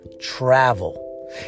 travel